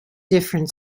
different